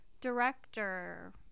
Director